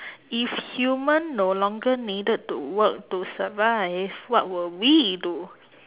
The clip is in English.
if human no longer needed to work to survive what will we do